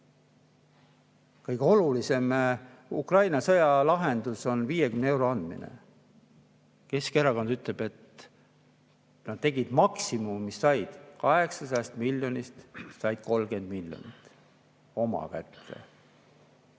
Kõige olulisem Ukraina sõja lahendus on 50 euro andmine. Keskerakond ütleb, et nad tegid maksimumi, mis said. 800 miljonist said 30 miljonit oma kätte. Ma